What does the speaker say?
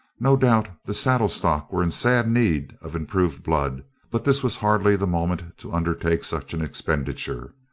no doubt the saddle stock were in sad need of improved blood but this was hardly the moment to undertake such an expenditure.